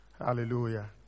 Hallelujah